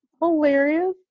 hilarious